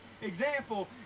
example